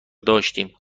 داشتیم